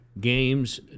games